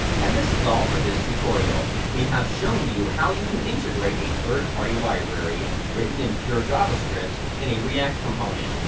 and this is all for this tutorial. we have shown you how you can integrate a third party library, written in pure javascript, in a react component.